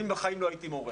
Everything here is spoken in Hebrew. אני בחיים לא הייתי מורה,